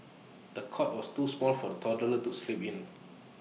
the cot was too small for the toddler to sleep in